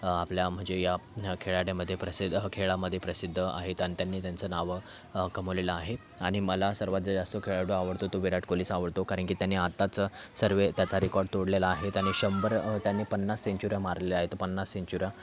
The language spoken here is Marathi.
आपल्या म्हणजे या खेळाडूंमध्ये प्रसिद्ध खेळामध्ये प्रसिद्ध आहेत आणि त्यांनी त्यांचं नावं कमावलेलं आहे आणि मला सर्वात जो जास्त खेळाडू आवडतो तो विराट कोहलीच आवडतो कारण की त्यानी आत्ताच सर्व त्याचा रिकॉर्ड तोडलेला आहे त्यांनी शंभर त्यांनी पन्नास सेंचुऱ्या मारलेल्या आहेत पन्नास सेंचुऱ्या